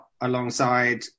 alongside